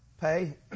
pay